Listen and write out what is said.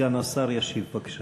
סגן השר ישיב, בבקשה.